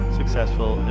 successful